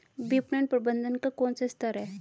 विपणन प्रबंधन का कौन सा स्तर है?